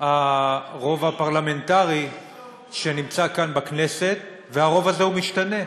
הרוב הפרלמנטרי שנמצא כאן בכנסת, והרוב הזה משתנה.